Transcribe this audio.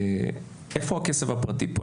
איפה הכסף הפרטי פה?